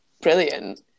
brilliant